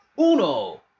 Uno